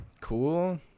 Cool